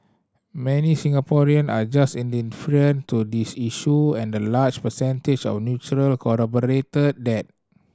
many Singaporean are just indifferent to this issue and the large percentage of neutral corroborated that